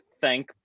thank